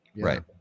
Right